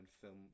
film